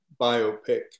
biopic